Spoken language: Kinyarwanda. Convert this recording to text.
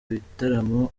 bitaramo